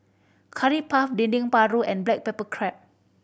Curry Puff Dendeng Paru and black pepper crab